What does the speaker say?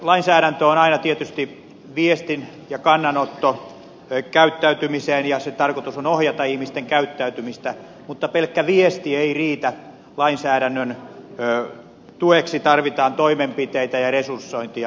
lainsäädäntö on aina tietysti viesti ja kannanotto käyttäytymiseen ja sen tarkoitus on ohjata ihmisten käyttäytymistä mutta pelkkä viesti ei riitä lainsäädännön tueksi tarvitaan toimenpiteitä ja resursointia